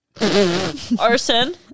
Arson